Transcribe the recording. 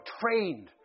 trained